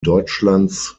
deutschlands